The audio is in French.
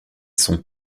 sont